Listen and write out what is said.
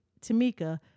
Tamika